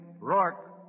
Rourke